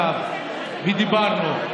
גם שמעתי את השרה עכשיו ודיברנו.